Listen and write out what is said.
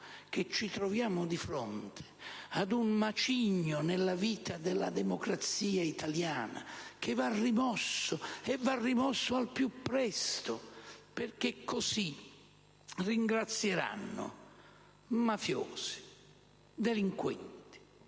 che ci troviamo di fronte ad un macigno nella vita della democrazia italiana che va rimosso, e al più presto, perché così ringrazieranno mafiosi, delinquenti,